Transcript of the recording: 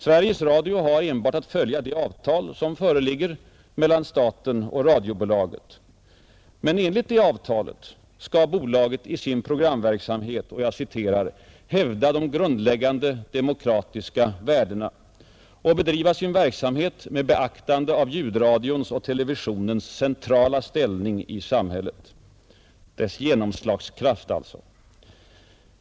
Sveriges Radio har enbart att följa det avtal som föreligger mellan staten och radiobolaget, men enligt det avtalet skall bolaget i sin programverksamhet ”hävda de grundläggande demokratiska värdena” och bedriva sin verksamhet ”med beaktande av ljudradions och televisionens centrala ställning i samhället” — dvs. dess genomslagskraft.